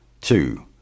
two